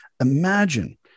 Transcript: Imagine